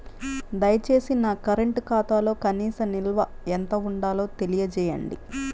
దయచేసి నా కరెంటు ఖాతాలో కనీస నిల్వ ఎంత ఉండాలో తెలియజేయండి